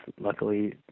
luckily